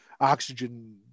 oxygen